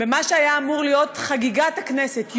במה שהיה אמור להיות חגיגת הכנסת,